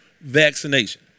vaccination